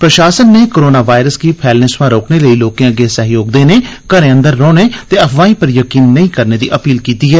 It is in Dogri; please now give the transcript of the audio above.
प्रशासन नै कोरोना वायरस गी फैलने थमां रोकने लेई लोकें अग्गे सैह्योग देने घरें अंदर रौह्ने ते अफवाई पर जकीन नेई करने दी अपील कीती ऐ